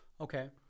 Okay